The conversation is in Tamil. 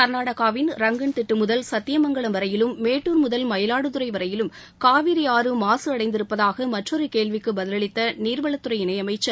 கர்நாடகாவின் ரங்கன்திட்டு முதல் சத்தியமங்கலம் வரையிலும் மேட்டூர் முதல் மயிலாடுதுறை வரையும் காவிரி ஆறு மாசு அடைந்திருப்பதாக மற்றொரு கேள்விக்கு பதிலளித்த நீர்வளத்துறை இணை அமைச்சர்